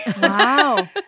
Wow